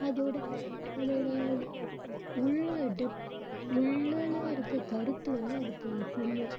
அதோடய அதோடய உள்ளே டெப் உள்ள இருக்கற கருத்து வந்து அதுக்கு புரியும்